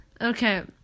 Okay